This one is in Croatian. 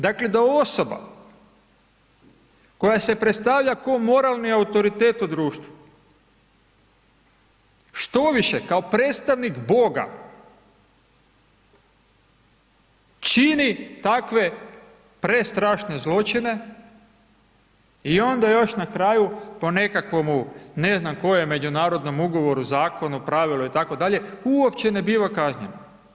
Dakle, da osoba koja se predstavlja ko moralni autoritet u društvu, štoviše kao predstavnik Boga čini takve prestrašne zločine i onda još na kraju po nekakvomu ne znam kojem međunarodnom ugovoru, zakonu, pravilu itd., uopće ne biva kažnjen.